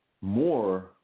more